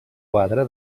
quadre